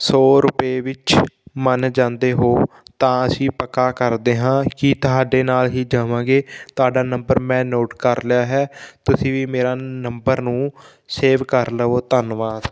ਸੌ ਰੁਪਏ ਵਿੱਚ ਮੰਨ ਜਾਂਦੇ ਹੋ ਤਾਂ ਅਸੀਂ ਪੱਕਾ ਕਰਦੇ ਹਾਂ ਕਿ ਤੁਹਾਡੇ ਨਾਲ ਹੀ ਜਾਵਾਂਗੇ ਤੁਹਾਡਾ ਨੰਬਰ ਮੈਂ ਨੋਟ ਕਰ ਲਿਆ ਹੈ ਤੁਸੀਂ ਵੀ ਮੇਰਾ ਨੰਬਰ ਨੂੰ ਸੇਵ ਕਰ ਲਵੋ ਧੰਨਵਾਦ